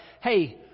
hey